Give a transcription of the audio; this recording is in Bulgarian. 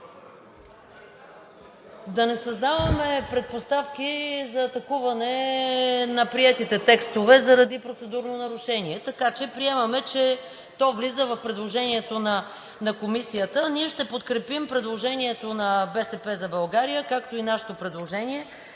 Да не създаваме предпоставки за атакуване на приетите текстове заради процедурно нарушение. Така че приемаме, че то влиза в предложението на Комисията. Ние ще подкрепим предложението на „БСП за България“, както и нашето предложение